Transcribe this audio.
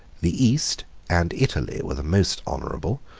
the east and italy were the most honorable,